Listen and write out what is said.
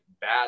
bad